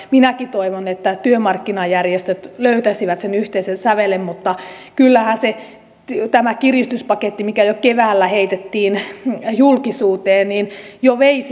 minäkin toivon että työmarkkinajärjestöt löytäisivät sen yhteisen sävelen mutta kyllähän tämä kiristyspaketti mikä keväällä heitettiin julkisuuteen jo vei siltä pohjaa